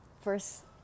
first